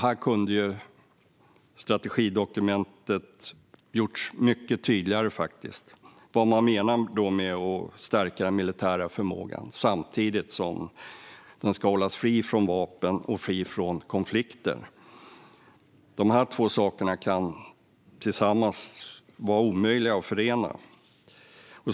Här kunde strategidokumentet faktiskt ha gjorts mycket tydligare i fråga om vad man menar med att stärka den militära förmågan samtidigt som rymden ska hållas fri från vapen och fri från konflikter. De två sakerna kan vara omöjliga att förena.